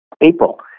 April